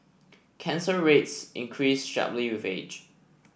cancer rates increase sharply with age